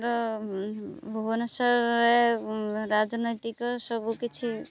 ଆମର ଭୁବନେଶ୍ୱରରେ ରାଜନୈତିକ ସବୁ କିଛି